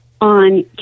on